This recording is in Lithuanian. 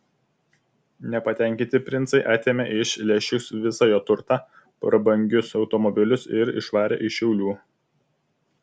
nepatenkinti princai atėmė iš leščiaus visą jo turtą prabangius automobilius ir išvarė iš šiaulių